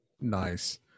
Nice